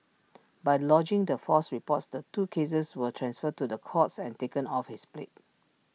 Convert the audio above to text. by lodging the false reports the two cases were transferred to the courts and taken off his plate